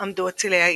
עמדו אצילי העיר,